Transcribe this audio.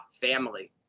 family